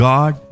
God